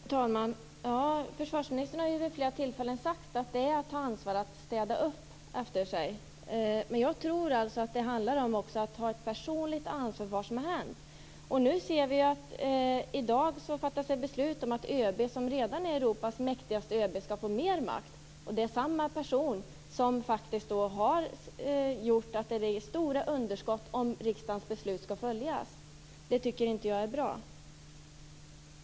Fru talman! Försvarsministern har vid tidigare tillfällen sagt att det är att ta ansvar att städa upp efter sig, men jag tror att det också handlar om att ta ett personligt ansvar för vad som har hänt. Vi ser nu att det i dag fattas beslut om att ÖB, som redan är Europas mäktigaste ÖB, skall få mer makt. Det är då fråga om samma person som faktiskt har gjort att det blir stora underskott, om riksdagens beslut skall följas. Jag tycker inte att det är bra.